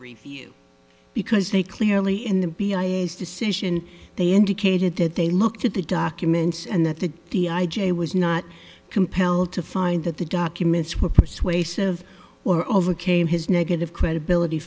review because they clearly in the b i l s decision they indicated that they looked at the documents and that the d i j was not compelled to find that the documents were persuasive or overcame his negative credibility